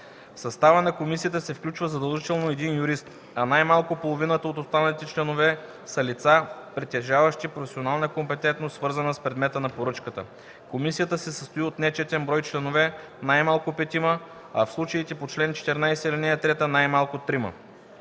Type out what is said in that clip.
В състава на комисията се включва задължително един юрист, а най-малко половината от останалите членове са лица, притежаващи професионална компетентност, свързана с предмета на поръчката. Комисията се състои от нечетен брой членове – най-малко петима, а в случаите по чл. 14, ал. 3 – най-малко трима.